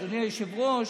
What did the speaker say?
אדוני היושב-ראש,